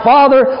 Father